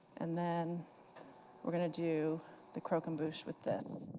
and then we're going to do the croquembouche with this.